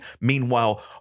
Meanwhile